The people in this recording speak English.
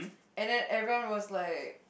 and then everyone was like